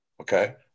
Okay